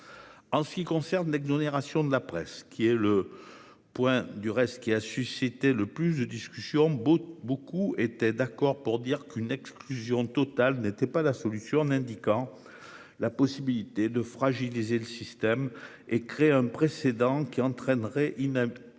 En ce qui concerne l'exonération de la presse- le point du texte qui a suscité le plus de discussions -, beaucoup étaient d'accord pour dire qu'une exclusion totale n'était pas la solution, en mentionnant le risque de fragilisation du système et de création d'un précédent qui en entraînerait inévitablement